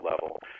level